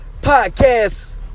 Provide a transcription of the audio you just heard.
podcast